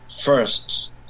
first